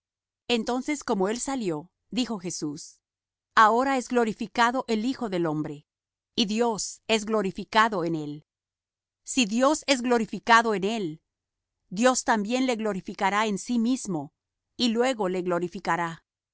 entonces como él salió dijo jesús ahora es glorificado el hijo del hombre y dios es glorificado en él si dios es glorificado en él dios también le glorificará en sí mismo y luego le glorificará